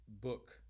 book